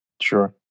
Sure